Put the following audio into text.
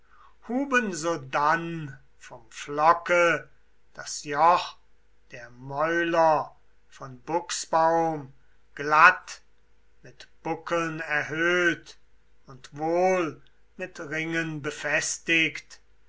huben sodann vom pflocke das joch der mäuler von buchsbaum glatt mit buckeln erhöht und wohl mit ringen befestigt